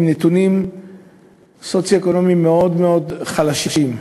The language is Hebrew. עם נתונים סוציו-אקונומיים מאוד מאוד חלשים,